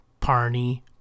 Parney